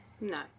No